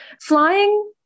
flying